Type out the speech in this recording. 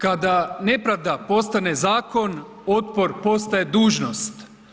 Kada nepravda postane zakon, otpor postaje dužnost.